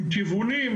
עם כיוונים,